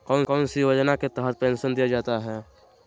कौन सी योजना के तहत पेंसन दिया जाता है?